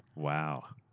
wow.